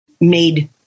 made